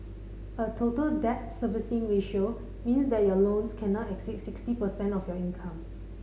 a Total Debt Servicing Ratio means that your loans cannot exceed sixty percent of your income